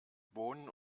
bohnen